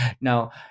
Now